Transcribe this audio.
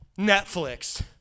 Netflix